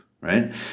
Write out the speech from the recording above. Right